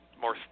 more